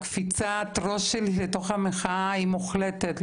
קפיצת הראש שלי לתוך המחאה היא מוחלטת,